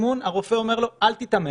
הרופא אומר לו לא להתאמן.